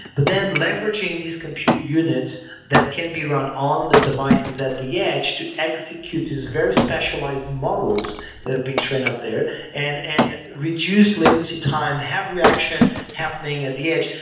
but then leveraging these compute units that can be run on the devices at the edge to execute these very specialized models that have been trained up there and and reduce latency time, have reaction happening at the edge,